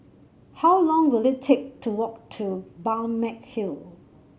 how long will it take to walk to Balmeg Hill